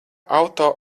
auto